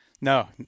no